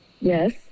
Yes